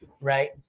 right